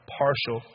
partial